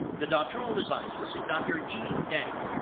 the doctoral advisor is dr. yi deng.